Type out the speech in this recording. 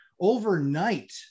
overnight